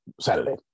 saturday